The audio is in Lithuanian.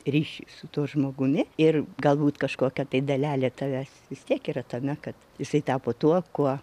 ryšį su tuo žmogumi ir galbūt kažkokia tai dalelė tavęs vis tiek yra tame kad jisai tapo tuo kuo